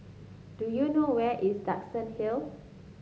do you know where is Duxton Hill